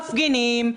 מפגינים,